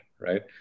right